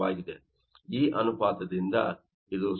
ಈ ಅನುಪಾತದಿಂದಇದು 0